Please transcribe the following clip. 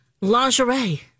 lingerie